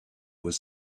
was